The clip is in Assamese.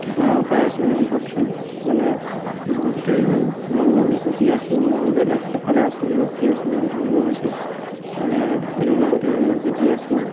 কিবা উপায় আছে যদি কওকচোন মানে বহুত দেৰি হ'ল ময়ো যুঁজি আছোঁ ময়ো বেলেগ এফালে আছোঁহি ৰখি আছোঁ মোৰ দেৰিও হৈছে মানে এইটোৰ লগতে যুঁজি আছোঁ